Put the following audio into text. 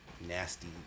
nasty